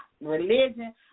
religion